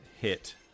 hit